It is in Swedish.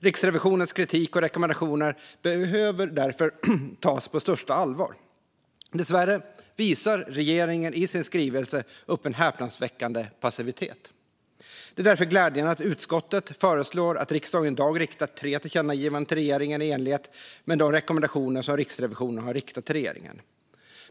Riksrevisionens kritik och rekommendationer behöver därför tas på största allvar. Dessvärre visar regeringen i sin skrivelse en häpnadsväckande passivitet. Det är därför glädjande att utskottet föreslår att riksdagen ska rikta tre tillkännagivanden till regeringen i enlighet med de rekommendationer som Riksrevisionen har riktat till regeringen.